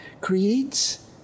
creates